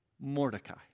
Mordecai